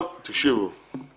אני